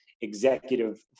executive